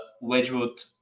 Wedgwood